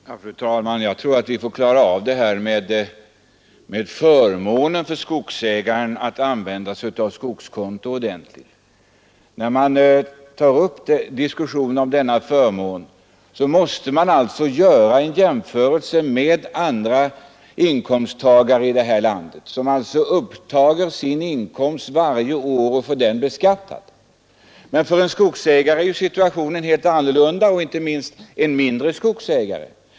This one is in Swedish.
Fru talman! Jag tror att vi får klara upp ordentligt det här med förmånen för skogsägaren som använder sig av skogskonto När man diskuterar denna förmån måste man göra en jämförelse med andra inkomsttagare i detta land, som alltså tar upp sin inkomst varje år och får den beskattad. För en skogsägare är situationen helt annorlunda, inte minst för en mindre skogsägare.